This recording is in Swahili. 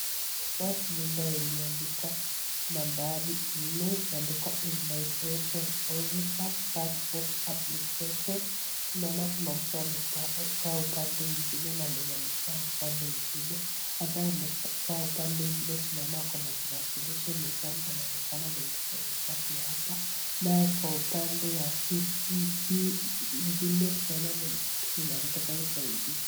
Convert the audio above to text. Hii ni nyumba , nyumba iliyo andikwa nambari nne .Imeandikwa 'Immigration Officer, Passport application'. Tunaona kuna mtu amekaa upande ingine na mwenye amekaa upande ingine ambaye amekaa ingine, tunaona akona tarakilishi mezani anaonekana ni mfanyikazi wa hapa. Naye kwa upande ya hii ingine tunaona ni mtu mwenye anataka usaidizi.